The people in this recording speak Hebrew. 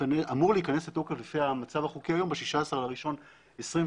אמור להיכנס לתוקף לפי המצב החוקי היום ב-16 בינואר 21',